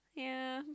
yeah